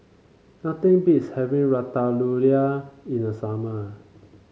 nothing beats having Ratatouille in the summer